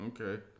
okay